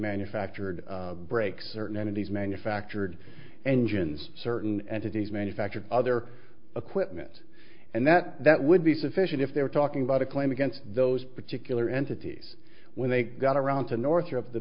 manufactured break certain entities manufactured engines certain entities manufactured other equipment and that that would be sufficient if they were talking about a claim against those particular entities when they got around to north of the